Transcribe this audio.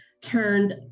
turned